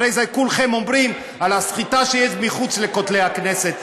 אחרי זה כולכם אומרים על הסחיטה שיש מחוץ לכותלי הכנסת.